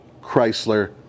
chrysler